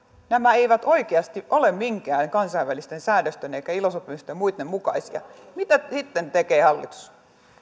nämä eivät oikeasti ole minkään kansainvälisten säädösten eivätkä ilo sopimusten ja muitten mukaisia mitä sitten tekee hallitus